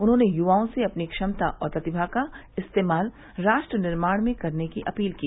उन्होंने यूवाओं से अपनी क्षमता और प्रतिमा का इस्तेमाल राष्ट्र निर्माण में करने की अपील की